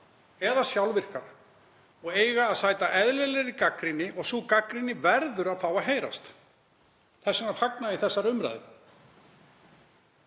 eða sjálfvirkar og eiga að sæta eðlilegri gagnrýni. Og sú gagnrýni verður að fá að heyrast. Þess vegna fagna ég þessari umræðu.